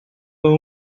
tão